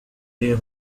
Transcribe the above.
way